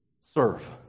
serve